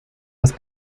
las